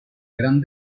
gran